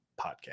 podcast